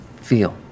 feel